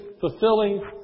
fulfilling